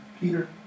Peter